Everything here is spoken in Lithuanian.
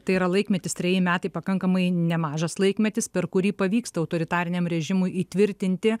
tai yra laikmetis treji metai pakankamai nemažas laikmetis per kurį pavyksta autoritariniam režimui įtvirtinti